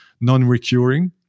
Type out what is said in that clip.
non-recurring